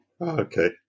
Okay